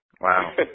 Wow